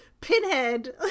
Pinhead